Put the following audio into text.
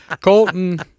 Colton